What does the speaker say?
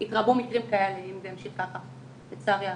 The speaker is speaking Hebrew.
יתרבו מקרים כאלה אם זה ימשיך ככה, לצערי הרב.